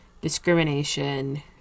discrimination